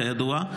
כידוע,